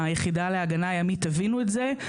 ביחידה להגנה הימית הבינו את זה,